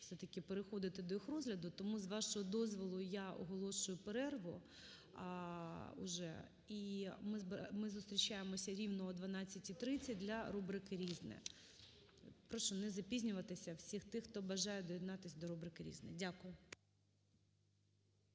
все-таки переходити до їх розгляду. Тому, з вашого дозволу, я оголошую перерву вже. І ми зустрічаємося рівно о 12:30 для рубрики "Різне". Прошу не запізнюватися всіх тих, хто бажає доєднатися до рубрики "Різне". Дякую.